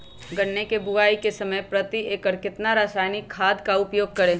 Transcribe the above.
गन्ने की बुवाई के समय प्रति एकड़ कितना रासायनिक खाद का उपयोग करें?